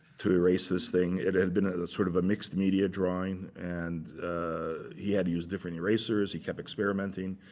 to erase this thing. it had been sort of a mixed media drawing, and he had to use different erasers. he kept experimenting.